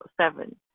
seven